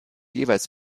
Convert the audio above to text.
jeweils